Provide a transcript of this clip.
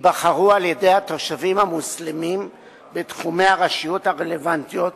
ייבחרו על-ידי התושבים המוסלמים בתחומי הרשויות הרלוונטיות,